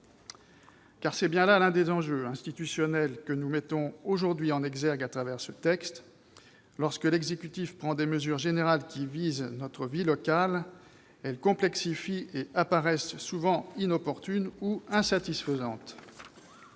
c'est bien là l'un des enjeux institutionnels que nous mettons aujourd'hui en exergue à travers ce texte : lorsque l'exécutif prend des mesures générales qui visent notre vie locale, elles complexifient et apparaissent souvent inopportunes ou insatisfaisantes.